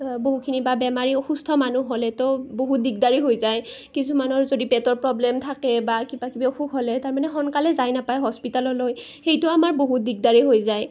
বহুখিনি বা বেমাৰী অসুস্থ মানুহ হ'লেতো বহুত দিগদাৰী হৈ যায় কিছুমানৰ যদি পেটৰ প্ৰব্লেম থাকে বা কিবা কিবি অসুখ হ'লে তাৰমানে সোনকালে যাই নাপায় হস্পিতাললৈ সেইটো আমাৰ বহুত দিগদাৰী হৈ যায়